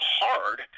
hard